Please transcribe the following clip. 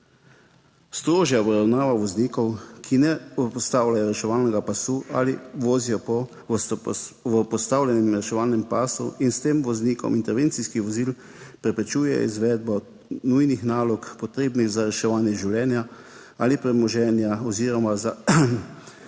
Strožja obravnava voznikov, ki ne postavljajo reševalnega pasu ali vozijo po postavljenem reševalnem pasu in s tem voznikom intervencijskih vozil preprečuje izvedbo nujnih nalog, potrebnih za reševanje življenja ali premoženja oziroma za